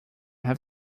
have